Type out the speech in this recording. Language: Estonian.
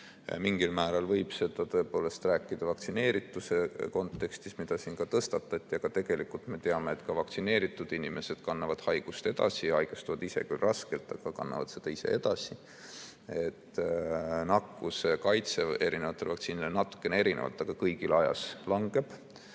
Mingil määral võib seda rääkida vaktsineerituse kontekstis, mida siin ka tõstatati, aga tegelikult me teame, et ka vaktsineeritud inimesed kannavad haigust edasi ja haigestuvad, mitte küll raskelt, aga kannavad seda edasi. Kaitse nakkuse eest on erinevatel vaktsiinidel natuke erinev, aga aja jooksul